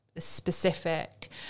specific